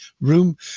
room